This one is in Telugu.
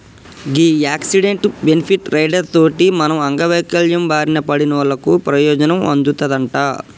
గీ యాక్సిడెంటు, బెనిఫిట్ రైడర్ తోటి మనం అంగవైవల్యం బారిన పడినోళ్ళకు పెయోజనం అందుతదంట